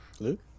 Luke